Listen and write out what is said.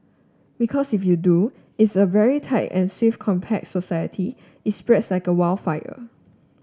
because if you do it's a very tight and swift compact society it spreads like wild fire